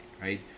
right